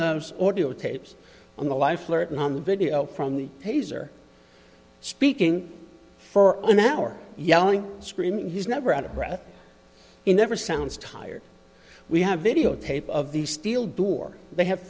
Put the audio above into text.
the audio tapes on the life flirting on the video from the taser speaking for an hour yelling screaming he's never out of breath in never sounds tired we have videotape of the steel door they have